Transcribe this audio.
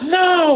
no